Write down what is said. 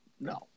No